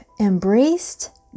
embraced